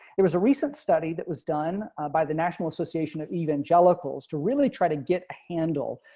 there was a recent study that was done by the national association of evangelicals to really try to get a handle.